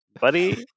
buddy